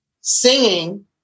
singing